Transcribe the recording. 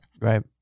Right